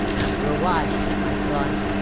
after a while i thought.